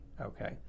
okay